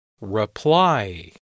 Reply